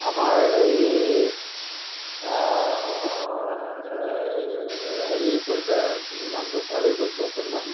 আমাৰ এই হেৰি কলিতা নামটো পাহৰি গৈছোঁ অকণমান